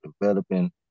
Developing